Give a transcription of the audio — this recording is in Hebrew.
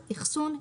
אחסון,